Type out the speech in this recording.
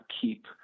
keep